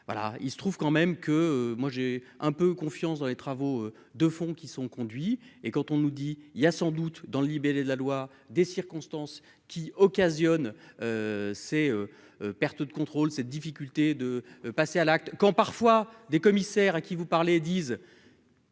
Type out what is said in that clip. il se trouve quand même que moi j'ai un peu confiance dans les travaux de fond qui sont conduits et quand on nous dit il y a sans doute dans le libellé de la loi des circonstances qui occasionnent ces pertes de contrôle cette difficulté de passer à l'acte quand parfois des commissaires à qui vous parlez, disent.